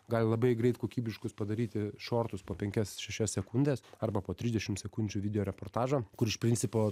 gali labai greit kokybiškus padaryti šortus po penkias šešias sekundes arba po trisdešim sekundžių video reportažą kur iš principo